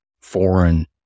foreign